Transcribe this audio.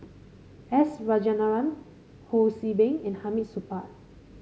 S Rajaratnam Ho See Beng and Hamid Supaat